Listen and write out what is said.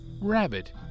rabbit